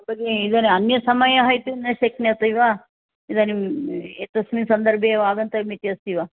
तर्हि इदानीम् अन्य समयः इति न शक्नोति वा इदानीम् एतस्मिन् सन्दर्भे एव आगन्तव्यम् इति अस्ति वा